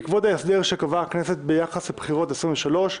בעקבות ההסדר שקבעה הכנסת ביחס לבחירות לכנסת העשרים ושלוש,